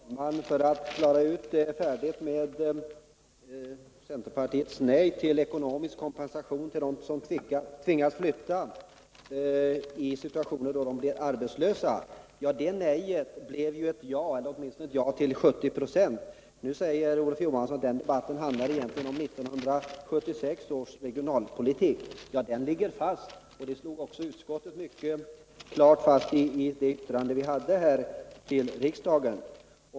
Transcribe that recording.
Herr talman! Låt mig försöka klara ut frågan om centerpartiets nej till ekonomisk kompensation till dem som tvingas flytta i situationer då de blir arbetslösa. Det nejet blev ett ja, eller åtminstone ett ja till 70 96. Nu säger Olof Johansson att den debatten egentligen handlar om 1976 års regionalpolitik. Den ligger fast, och det slog utskottet också mycket klart fast i sitt yttrande till riksdagen.